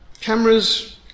cameras